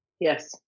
yes